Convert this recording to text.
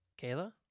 Kayla